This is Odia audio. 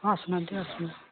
ହଁ ଆସୁ ନହାଁହାନ୍ତି ଆସନ୍ତୁ